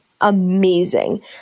amazing